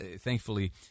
thankfully